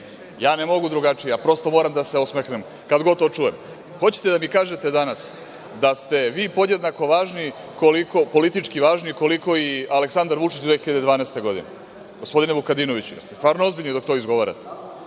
Ja ne mogu drugačije, ja prosto moram da se osmehnem kad god to čujem. Hoćete da mi kažete danas da ste vi podjednako politički važni koliko i Aleksandar Vučić 2012. godine? Gospodine Vukadinoviću, da li ste stvarno ozbiljni dok to izgovarate?(Marijan